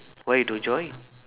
why you don't join